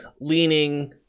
leaning